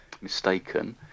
mistaken